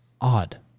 Odd